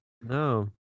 No